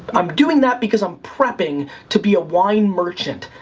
i'm doing that because i'm prepping to be a wine merchant,